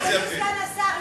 אדוני סגן השר,